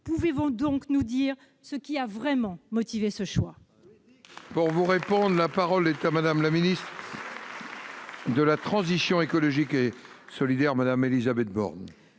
pouvez-vous donc nous dire ce qui a vraiment motivé ce choix ?